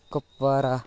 Kupwara